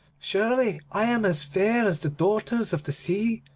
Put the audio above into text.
surely i am as fair as the daughters of the sea,